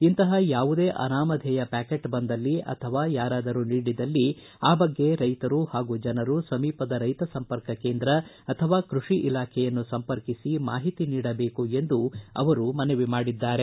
ಇಂತಪ ಯಾವುದೇ ಅನಾಮಧೇಯ ಪ್ಯಾಕೆಟ್ ಬಂದಲ್ಲಿ ಅಥವಾ ಯಾರಾದರೂ ನೀಡಿದಲ್ಲಿ ಆ ಬಗ್ಗೆ ರೈತರು ಪಾಗೂ ಜನರು ಸಮೀಪದ ರೈತಸಂಪರ್ಕ ಕೇಂದ್ರ ಅಥವಾ ಕೃಷಿ ಇಲಾಖೆಯನ್ನು ಸಂಪರ್ಕಿಸಿ ಮಾಹಿತಿ ನೀಡಬೇಕೆಂದು ಮನವಿ ಮಾಡಿದ್ದಾರೆ